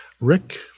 Rick